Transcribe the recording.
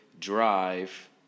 drive